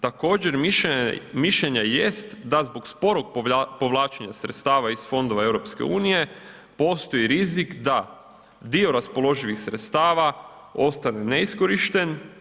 Također mišljenja jest da zbog sporog povlačenja sredstava iz fondova EU postoji rizik da dio raspoloživih sredstava ostane neiskorišten.